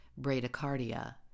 bradycardia